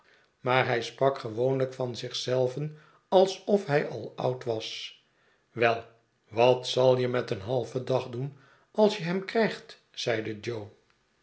maar hij sprak gewoonlijk van zich zelven alsof hij al oud was wel wat zal je met een halven dag doen als je hem krijgt zeide jo